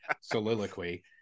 soliloquy